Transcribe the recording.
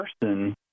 person